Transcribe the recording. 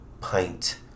pint